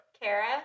Kara